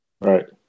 Right